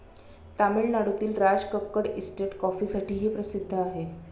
तामिळनाडूतील राजकक्कड इस्टेट कॉफीसाठीही प्रसिद्ध आहे